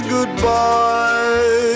Goodbye